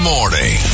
Morning